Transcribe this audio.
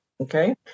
okay